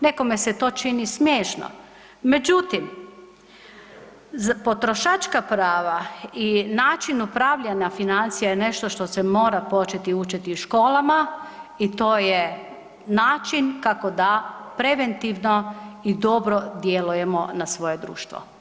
Nekome se to čini smiješno, međutim potrošačka prava i način upravljanja financija je nešto što se mora početi učiti u školama i to je način kako da preventivno i dobro djelujemo na svoje društvo.